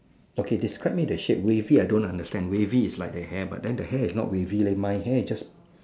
okay describe me the shape wavy I don't understand wavy is like the hair but then the hair is not wavy my hair is just